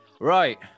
right